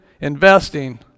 investing